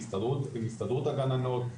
עם הסתדרות הגננות,